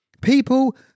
people